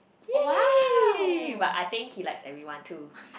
yay but I think he likes everyone too